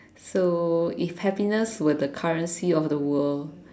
so if happiness were the currency of the world